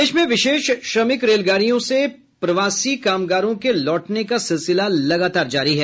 प्रदेश में विशेष श्रमिक रेलगाड़ियों से प्रवासी कामगारों के लौटने का सिलसिला लगातार जारी है